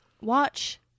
Watch